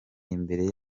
imbere